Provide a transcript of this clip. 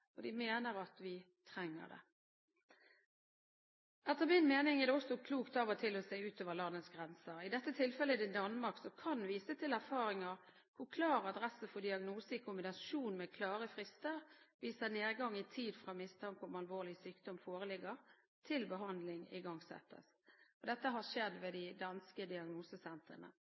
og de mener at vi trenger det. Etter min mening er det også klokt av og til å se utover landets grenser. I dette tilfellet er det Danmark som kan vise til erfaringer hvor klar adresse for diagnose i kombinasjon med klare frister viser nedgang i tid fra mistanke om alvorlig sykdom foreligger, til behandling igangsettes. Dette har skjedd ved de danske diagnosesentrene.